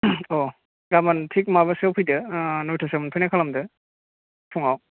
अ' गाबोन थिक माबासोआव फैदो नयतासोआव मोनफैनाय खालामदो फुङाव